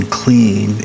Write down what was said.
clean